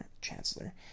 Chancellor